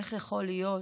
איך יכול להיות